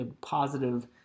positive